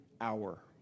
hour